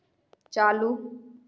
चालू